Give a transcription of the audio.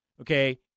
okay